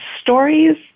stories